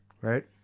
Right